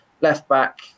left-back